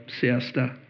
siesta